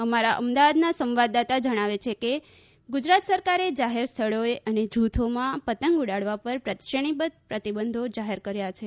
અમારા અમદાવાદના સંવાદદાતા જણાવે છે કે ગુજરાત સરકારે જાહેર સ્થળોએ અને જૂથોમાં પતંગ ઉડાવવા પર શ્રેણીબદ્ધ પ્રતિબંધો જાહેર કર્યા છે